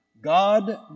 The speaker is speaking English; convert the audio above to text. God